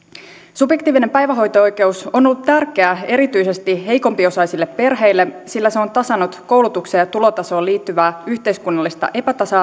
subjektiivinen päivähoito oikeus on ollut tärkeä erityisesti heikompiosaisille perheille sillä se on tasannut koulutukseen ja tulotasoon liittyvää yhteiskunnallista epätasa